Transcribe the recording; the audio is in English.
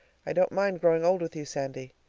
i don't mind growing old with you, sandy.